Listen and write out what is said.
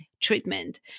treatment